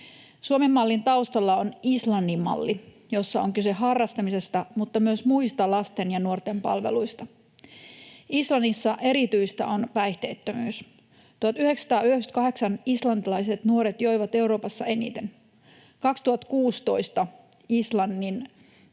Suomen mallin taustalla on Islannin malli, jossa on kyse harrastamisesta mutta myös muista lasten ja nuorten palveluista. Islannissa erityistä on päihteettömyys. 1998 islantilaiset nuoret joivat Euroopassa eniten. 2016 Islannin